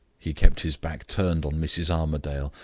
he, kept his back turned on mrs. armadale,